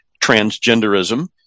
transgenderism